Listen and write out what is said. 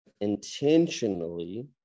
Intentionally